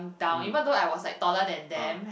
down even though I was like taller than them